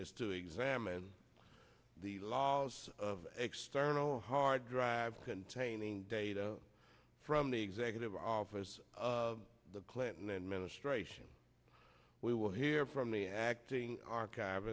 is to examine the laws of external hard drive containing data from the executive office of the clinton administration we will hear from the acting archiv